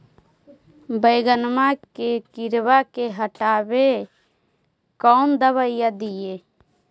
बैगनमा के किड़बा के हटाबे कौन दवाई दीए?